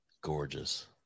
Gorgeous